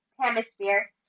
hemisphere